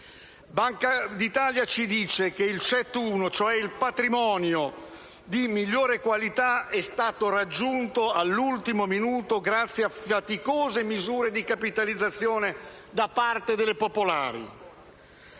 Banca d'Italia ci dice che il CET1, cioè il patrimonio di migliore qualità, è stato raggiunto all'ultimo minuto grazie a faticose misure di capitalizzazione da parte delle popolari.